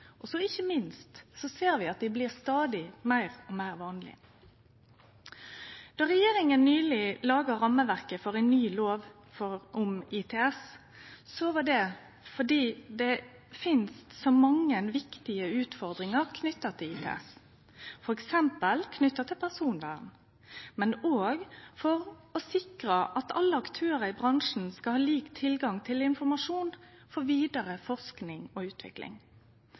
finst så mange viktige utfordringar knytte til ITS, f.eks. knytt til personvern, men òg for å sikre at alle aktørar i bransjen skal ha lik tilgang til informasjon for vidare forsking og utvikling.